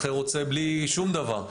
אחר רוצה בלי שום דבר.